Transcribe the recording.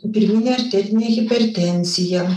pirminė arterinė hipertenzija